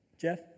Jeff